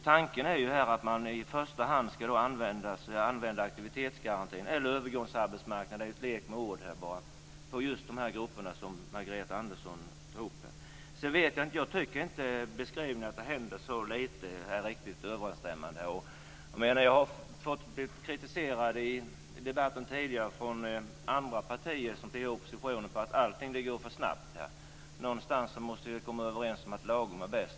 Tanken är ju att man i första hand ska använda aktivitetsgarantin eller övergångsarbetsmarknaden - det är en lek med ord bara - i fråga om just de grupper som Margareta Andersson tog upp. Beskrivningen att det skulle hända så lite tycker jag inte riktigt stämmer. Jag har blivit kritiserad i den tidigare debatten från andra partier som säger att allt går för snabbt. Någonstans måste vi väl komma överens om att lagom är bäst.